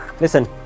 Listen